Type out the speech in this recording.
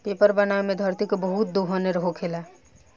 paper बनावे मे धरती के बहुत दोहन होखेला